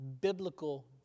biblical